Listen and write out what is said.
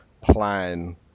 plan